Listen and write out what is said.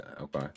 Okay